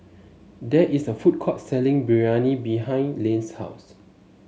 there is a food court selling Biryani behind Lane's house